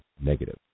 negative